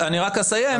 אני רק אסיים,